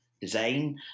design